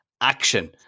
action